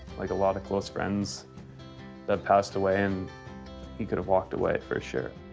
like a lot of close friends that passed away and he could've walked away for sure.